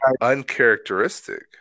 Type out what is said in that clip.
uncharacteristic